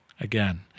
Again